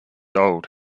old